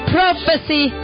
Prophecy